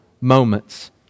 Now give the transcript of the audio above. moments